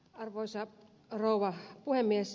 arvoisa rouva puhemies